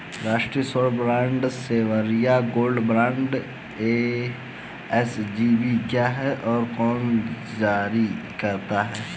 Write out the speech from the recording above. राष्ट्रिक स्वर्ण bond sovereign gold bond SGB क्या है और इसे कौन जारी करता है?